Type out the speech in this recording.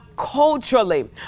culturally